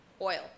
oil